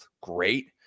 great